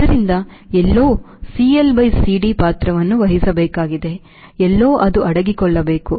ಆದ್ದರಿಂದ ಎಲ್ಲೋ CLCD ಪಾತ್ರವನ್ನು ವಹಿಸಬೇಕಾಗಿದೆ ಎಲ್ಲೋ ಅದು ಅಡಗಿಕೊಳ್ಳಬೇಕು